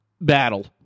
battle